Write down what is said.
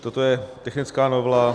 Toto je technická novela.